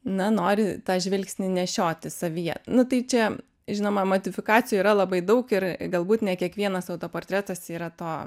na nori tą žvilgsnį nešiotis savyje nu tai čia žinoma modifikacijų yra labai daug ir galbūt ne kiekvienas autoportretas yra to